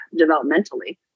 developmentally